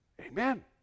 Amen